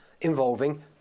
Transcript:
involving